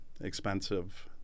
expensive